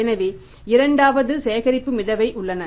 எனவே 2 ஆவது சேகரிப்பு மிதவை உள்ளன